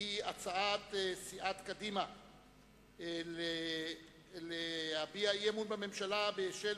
היא הצעת סיעת קדימה להביע אי-אמון בממשלה בשל